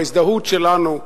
בהזדהות שלנו,